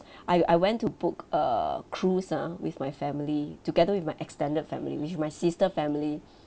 I I went to book a cruise ah with my family together with my extended family which is my sister family